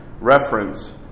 reference